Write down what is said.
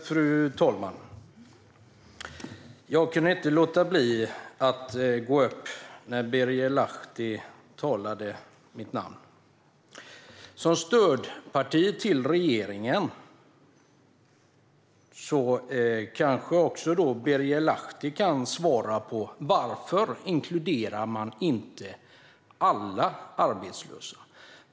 Fru talman! Jag kunde inte låta bli att ta replik när Birger Lahti nämnde mitt namn. Som företrädare för ett stödparti till regeringen kanske Birger Lahti kan svara på varför man inte inkluderar alla arbetslösa.